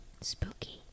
Spooky